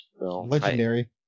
Legendary